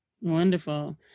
Wonderful